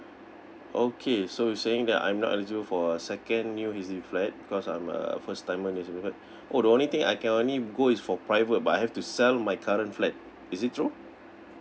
okay so you're saying that I'm not eligible for a second new H_D_B flat because I'm a first timer new cerfiticate oh the only thing I can only go is for private but I have to sell my current flat is it true